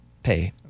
pay